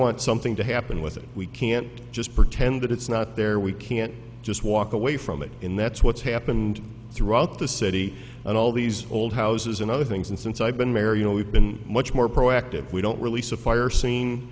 want something to happen with it we can't just pretend that it's not there we can't just walk away from it in that's what's happened throughout the city and all these old houses and other things and since i've been married and we've been much more proactive we don't release a fire scene